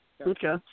Okay